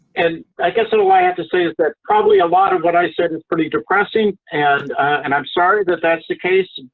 and i guess so what i have to say is that probably a lot of what i said is pretty depressing, and and i'm sorry that that's the case.